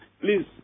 please